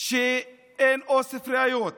כך שאין אוסף ראיות